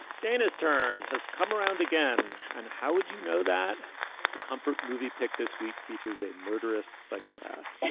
dana's turn has come around again. and how would you know that the comfort movie pick this week features a murderous psychopath?